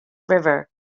river